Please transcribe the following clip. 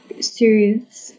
soothes